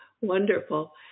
Wonderful